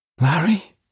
Larry